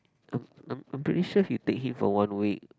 I'm I'm I'm pretty sure he'll take him for one week